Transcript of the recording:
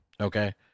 Okay